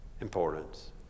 importance